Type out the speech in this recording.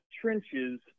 trenches